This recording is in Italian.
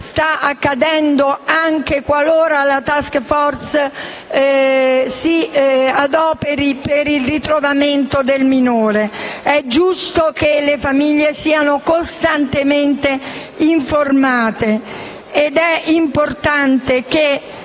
sta accadendo, anche qualora la *task force* si adoperi per il ritrovamento del minore. È giusto che le famiglie siano costantemente informate ed è importante che